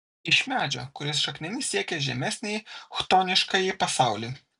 iš medžio kuris šaknimis siekia žemesnįjį chtoniškąjį pasaulį